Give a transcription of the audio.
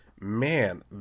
man